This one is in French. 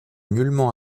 nullement